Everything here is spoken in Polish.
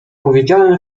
powiedziałem